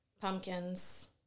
pumpkins